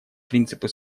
принципы